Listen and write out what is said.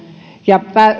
ja